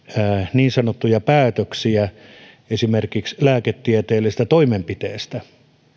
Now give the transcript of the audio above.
niin sanottuja päätöksiä esimerkiksi lääketieteellisestä toimenpiteestä